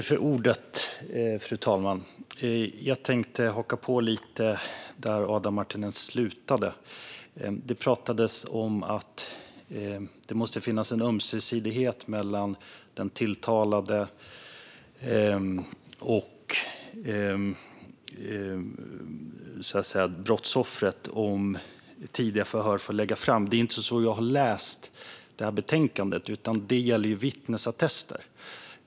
Fru talman! Jag tänkte haka på lite där Adam Marttinen slutade. Det pratades om att det måste finnas en ömsesidighet mellan den tilltalade och brottsoffret när det gäller om tidiga förhör får läggas fram. Det är inte så jag har läst betänkandet, utan det gäller vittnesattester.